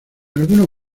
algunos